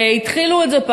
כשהתחילו את זה,